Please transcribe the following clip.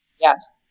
Yes